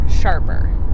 sharper